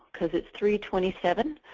because it's three twenty seven.